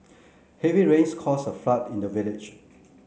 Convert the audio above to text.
heavy rains caused a flood in the village